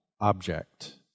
object